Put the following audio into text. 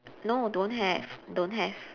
no don't have don't have